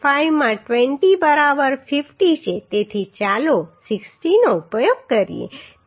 5 માં 20 બરાબર 50 છે તેથી ચાલો 60 નો ઉપયોગ કરીએ